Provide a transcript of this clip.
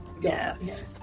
Yes